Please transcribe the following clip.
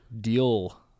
Deal